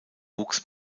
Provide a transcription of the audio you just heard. wuchs